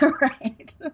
Right